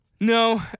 No